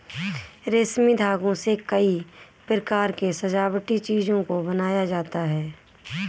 रेशमी धागों से कई प्रकार के सजावटी चीजों को बनाया जाता है